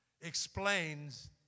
explains